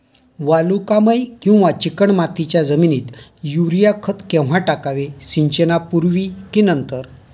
वालुकामय किंवा चिकणमातीच्या जमिनीत युरिया खत केव्हा टाकावे, सिंचनापूर्वी की नंतर?